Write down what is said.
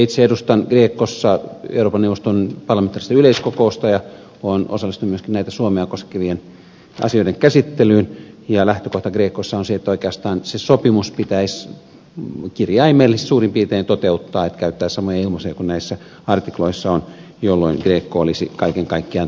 itse edustan grecossa euroopan neuvoston parlamen taarista yleiskokousta ja olen osallistunut myöskin suomea koskevien asioiden käsittelyyn ja lähtökohta grecossa on se että oikeastaan se sopimus pitäisi kirjaimellisesti suurin piirtein toteuttaa käyttää samoja ilmaisuja kuin näissä artikloissa on jolloin greco olisi kaiken kaikkiaan tyytyväinen